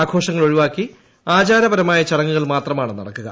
ആഘോഷങ്ങൾ ഒഴിവാക്കി ആചാരപരമായ ചടങ്ങുകൾ മാത്രമാണ് നടക്കുക